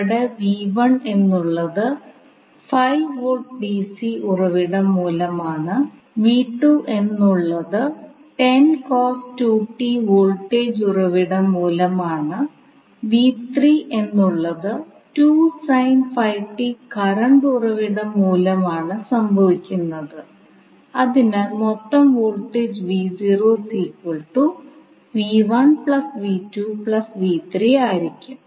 അതിനർത്ഥം നമ്മൾ ഉറവിടങ്ങളെ ഫേസറാക്കി മാറ്റുകയും സർക്യൂട്ടിൽ കാണുന്ന ഘടകങ്ങൾ ഫ്രീക്വൻസി ഡൊമെയ്നായി പരിവർത്തനം ചെയ്യുകയും ചെയ്യും